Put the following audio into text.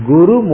Guru